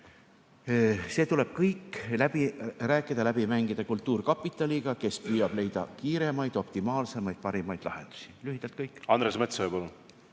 see tuleb kõik läbi rääkida, läbi mängida kultuurkapitaliga, kes püüab leida kiiremaid, optimaalsemaid ja parimaid lahendusi. Lühidalt kõik. Jah, see